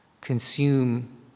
consume